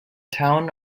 town